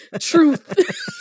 truth